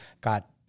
got